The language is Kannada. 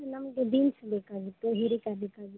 ನಮಗೆ ಬೀನ್ಸ್ ಬೇಕಾಗಿತ್ತು ಹಿರೇಕಾಯಿ ಬೇಕಾಗಿತ್ತು